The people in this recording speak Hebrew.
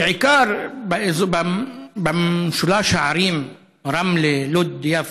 בעיקר במשולש הערים רמלה-לוד-יפו.